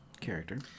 character